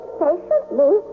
patiently